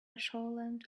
shoreland